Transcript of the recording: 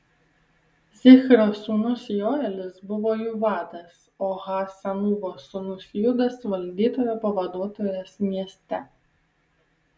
zichrio sūnus joelis buvo jų vadas o ha senūvos sūnus judas valdytojo pavaduotojas mieste